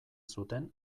zuten